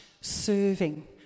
serving